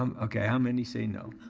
um okay, how many say no?